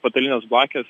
patalinės blakės